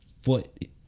foot